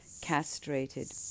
castrated